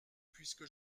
puisque